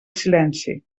silenci